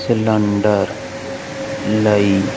cylinder ਲਈ